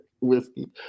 whiskey